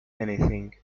anything